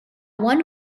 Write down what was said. one